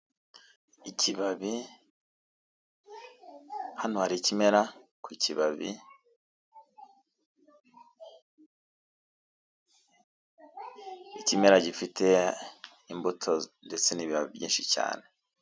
Ikibabi hano hari ikimera ku kibabi, ikimera gifite imbuto ndetse n'ibibabi byinshi cyane.